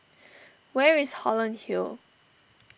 where is Holland Hill